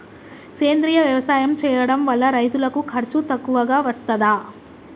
సేంద్రీయ వ్యవసాయం చేయడం వల్ల రైతులకు ఖర్చు తక్కువగా వస్తదా?